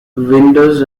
windows